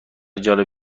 جالب